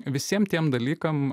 visiem tiem dalykam